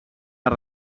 per